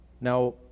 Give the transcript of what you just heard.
Now